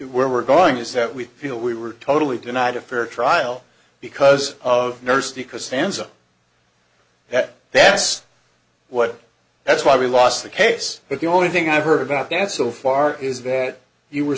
where we're going is that we feel we were totally denied a fair trial because of nursed because stanza that that's what that's why we lost the case but the only thing i've heard about dan so far is that you were